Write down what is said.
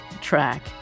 track